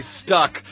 stuck